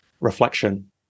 reflection